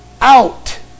out